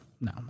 no